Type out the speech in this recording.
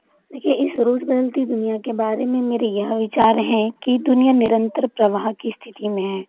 देखिए इस रोज़ बदलती दुनिया के बारे में मेरा यह विचार हैं कि दुनिया निरंतर प्रवाह की स्थिति में है